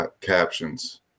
captions